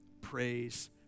praise